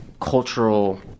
cultural